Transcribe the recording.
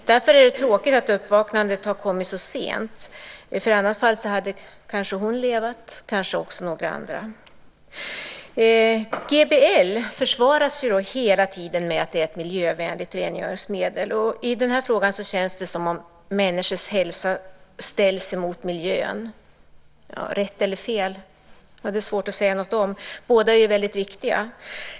Därför är det tråkigt att uppvaknandet har kommit så sent. I annat fall hade hon kanske levat, och kanske också några andra. GBL försvaras hela tiden med att det är ett miljövänligt rengöringsmedel. I den här frågan känns det som om människors hälsa ställs mot miljön. Rätt eller fel? Det är det svårt att säga något om. Båda är ju väldigt viktiga.